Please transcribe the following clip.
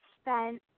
spent